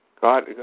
God